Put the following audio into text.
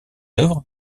œuvres